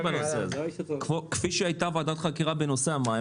הזה, כפי שהייתה בנושא המים.